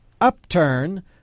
Upturn